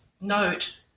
note